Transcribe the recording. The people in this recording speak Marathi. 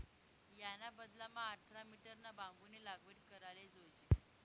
याना बदलामा आठरा मीटरना बांबूनी लागवड कराले जोयजे